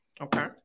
Okay